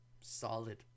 Solid